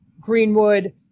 greenwood